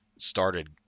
started